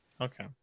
Okay